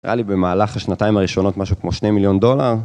היה לי במהלך השנתיים הראשונות משהו כמו 2 מיליון דולר.